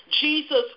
Jesus